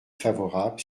favorable